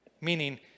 meaning